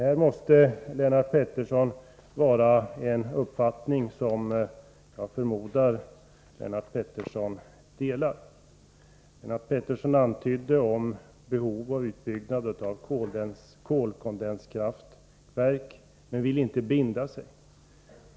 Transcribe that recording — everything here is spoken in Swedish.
Jag förmodar att detta är en uppfattning som Lennart Pettersson delar. Lennart Pettersson antydde behov av utbyggnad av kolkondenskraftverk, men han vill inte binda sig.